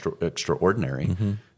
extraordinary